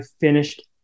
finished